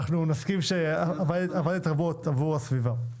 אנחנו נסכים שעבדת עבור הסביבה.